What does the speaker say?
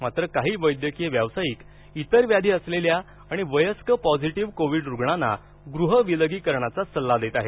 मात्र काही वैद्यकीय व्यावसायिक इतर व्याधी असलेल्या आणि वयस्कर पॉझिटिव्ह कोविड रुग्णांना गृह विलगीकरणाचा सल्ला देत आहेत